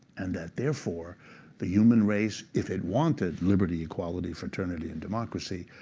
and that therefore the human race, if it wanted liberty, equality, fraternity, and democracy,